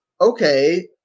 okay